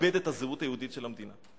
לאבד את הזהות היהודית של המדינה.